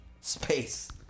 Space